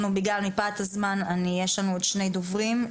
מפאת קוצר הזמן, יש לנו עוד שני דוברים.